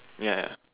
ya